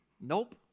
Nope